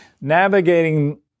Navigating